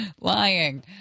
lying